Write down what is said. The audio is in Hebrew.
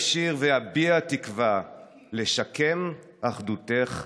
שיר ואביע תקווה / לשקם אחדותך הכואבת.